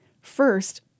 First